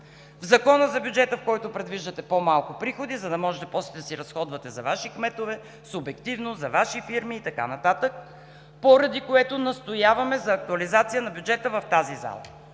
В Закона за бюджета, в който предвиждате по-малко приходи, за да можете после да си разходвате за Ваши кметове, субективно, за Ваши фирми и така нататък, поради което настояваме за актуализация на бюджета в тази зала.